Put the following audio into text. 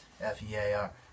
F-E-A-R